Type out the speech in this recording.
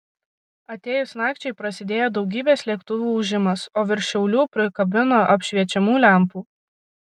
atėjus nakčiai prasidėjo daugybės lėktuvų ūžimas o virš šiaulių prikabino apšviečiamų lempų